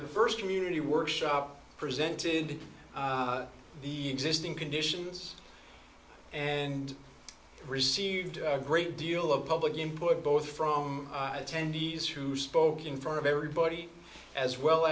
the first community workshop presented the existing conditions and received a great deal of public input both from attendees who spoke in front of everybody as well